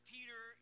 Peter